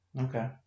Okay